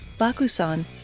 Bakusan